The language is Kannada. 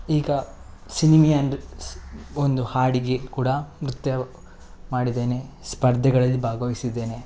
ಈಗ ಸಿನಿಮೀಯ ನೃ ಸ್ ಒಂದು ಹಾಡಿಗೆ ಕೂಡ ನೃತ್ಯ ಮಾಡಿದ್ದೇನೆ ಸ್ಪರ್ಧೆಗಳಲ್ಲಿ ಭಾಗವಹಿಸಿದೇನೆ